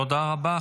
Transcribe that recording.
תודה רבה.